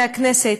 מהכנסת,